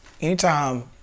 Anytime